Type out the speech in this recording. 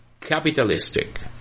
capitalistic